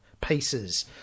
pieces